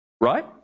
Right